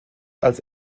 als